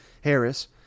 Harris